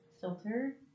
filter